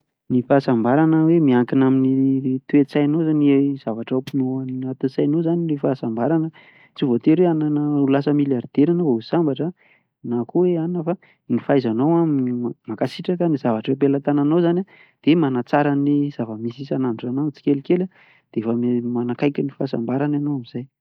Ny fahasambarana hoe miankina amin'ny toetsainao izany ny zavatra ao anatin'ny sainao izany ny fahasambarana. Tsy voatery hoe lasa milliardaire enao vao sambatra na koa hoe anona fa, ny fahaizanao mankasitraka ny zavatra eo ampelatananao izany dia manatsara ny zava-misy isan'andro tsikelikely an dia efa manakaiky ny fahasambarana enao amin'izay.